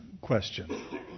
question